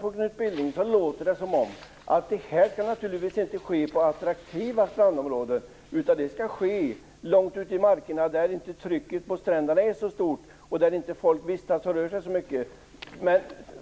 På Knut Billing låter det som om det här inte skall ske på attraktiva strandområden utan långt ut i markerna där trycket på stränderna inte är så stort och där folk inte vistas så mycket. Men